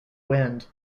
wind